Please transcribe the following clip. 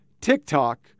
TikTok